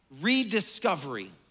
rediscovery